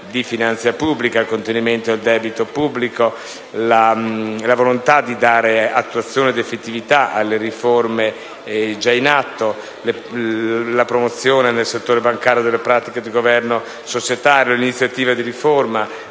di finanza pubblica, il contenimento del debito pubblico, la volontà di dare attuazione ed effettività alle riforme già in atto, la promozione nel settore bancario delle pratiche di governo societario, le iniziative di riforma